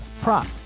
prop